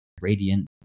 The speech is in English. radiant